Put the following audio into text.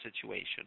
situation